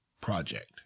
Project